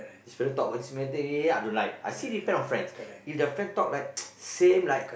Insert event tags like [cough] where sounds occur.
this fellow talk about this matter [noise] I don't like I see this kind of friends if the friend talk like [noise] same like